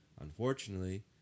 unfortunately